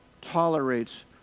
tolerates